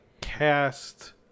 cast